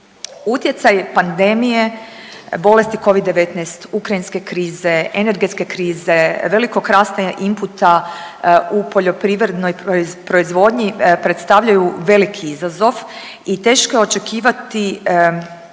Utjecaj pandemije bolesti Covid-19, ukrajinske krize, energetske krize, velikog rasta inputa u poljoprivrednoj proizvodnji predstavljaju veliki izazov i teško je očekivati